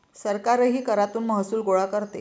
सरकारही करातून महसूल गोळा करते